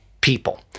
people